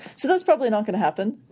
so that's probably not going to happen,